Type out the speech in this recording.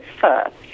first